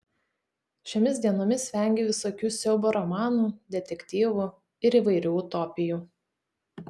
šiomis dienomis vengiu visokių siaubo romanų detektyvų ir įvairių utopijų